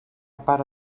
part